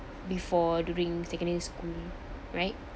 before during secondary school right